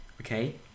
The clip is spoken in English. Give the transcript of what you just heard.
Okay